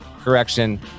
correction